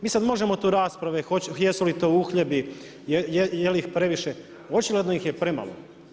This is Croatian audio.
Mi sad možemo tu rasprave, jesu li to uhljebi, je li ih previše, očito da ih je premalo.